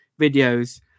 videos